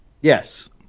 Yes